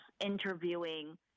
interviewing